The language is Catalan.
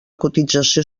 cotització